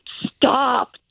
Stop